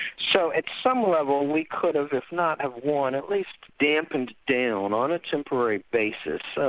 so at some level, we could have, if not have won, at least dampened down, on a temporary basis, so